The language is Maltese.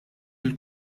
lill